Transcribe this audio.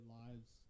lives